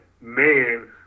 man